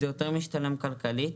זה יותר משתלם כלכלית,